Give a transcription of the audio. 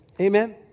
Amen